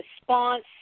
response